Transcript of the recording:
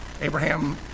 Abraham